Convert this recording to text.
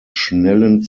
schnellen